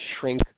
shrink